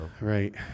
Right